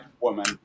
woman